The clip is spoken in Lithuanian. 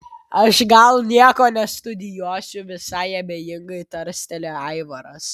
aš gal nieko nestudijuosiu visai abejingai tarsteli aivaras